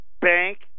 Bank